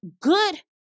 good